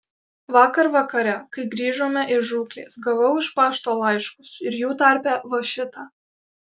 vakar vakare kai grįžome iš žūklės gavau iš pašto laiškus ir jų tarpe va šitą